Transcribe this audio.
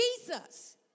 Jesus